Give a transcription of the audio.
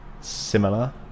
similar